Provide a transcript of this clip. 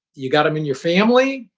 you've got them in your family.